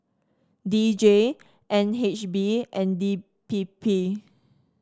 D J N H B and D P P